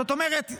זאת אומרת,